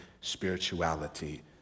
spirituality